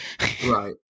Right